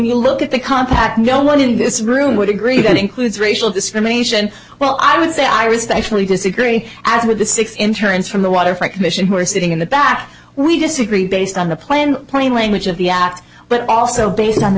you look at the compact no one in this room would agree that includes racial discrimination well i would say i respectfully disagree as were the six interns from the waterfront commission who are sitting in the back we disagree based on the plan plain language of the act but also based on the